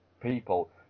people